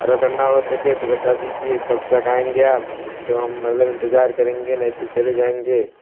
और अगर ना हो सके तो बता दीजिए कब तक आएंगे आप तो हम मतलब इंतजार करेंगे नहीं फिर चले जाएँगे